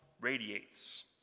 radiates